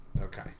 Okay